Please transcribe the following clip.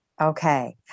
Okay